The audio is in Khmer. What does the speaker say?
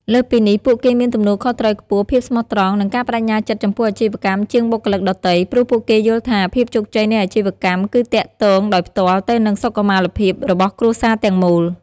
លើសពីនេះ ពួកគេមានទំនួលខុសត្រូវខ្ពស់ ភាពស្មោះត្រង់ និងការប្តេជ្ញាចិត្តចំពោះអាជីវកម្មជាងបុគ្គលិកដទៃ ព្រោះពួកគេយល់ថាភាពជោគជ័យនៃអាជីវកម្មគឺទាក់ទងដោយផ្ទាល់ទៅនឹងសុខុមាលភាពរបស់គ្រួសារទាំងមូល។